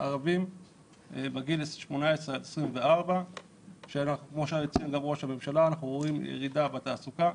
ערבים בגיל 24-18 שכמו שהצהיר ראש הממשלה אנחנו רואים ירידה בתעסוקה.